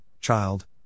child